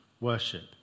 worship